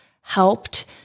helped